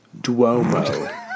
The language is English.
Duomo